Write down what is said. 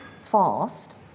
fast